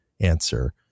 answer